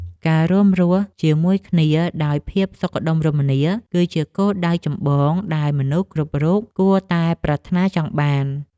ការរួមរស់ជាមួយគ្នាដោយភាពសុខដុមរមនា គឺជាគោលដៅចម្បងដែលមនុស្សគ្រប់រូបគួរតែប្រាថ្នាចង់បាន។